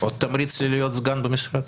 עוד תמריץ להיות סגן במשרד?